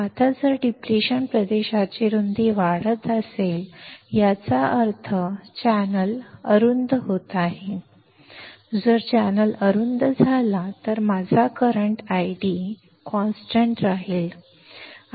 आता जर डिप्लेशन प्रदेशाची रुंदी वाढत असेल याचा अर्थ चॅनेल अरुंद होत आहे जर चॅनेल अरुंद झाले तर माझा करंट ID स्थिर राहील